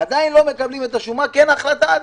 עדין לא מקבלים את השומה כי אין החלטה.